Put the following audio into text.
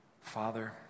Father